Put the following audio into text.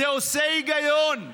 זה עושה היגיון.